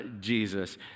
Jesus